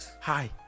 hi